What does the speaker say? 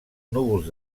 núvols